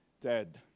dead